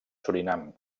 surinam